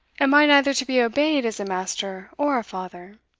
am i neither to be obeyed as a master or a father?